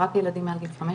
רק ילדים מעל גיל 15